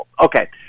Okay